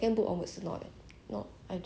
mmhmm usually I like like to read books